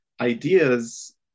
ideas